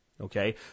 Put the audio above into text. Okay